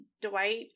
Dwight